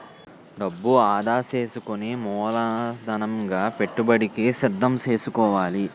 డబ్బు ఆదా సేసుకుని మూలధనంగా పెట్టుబడికి సిద్దం సేసుకోవాలి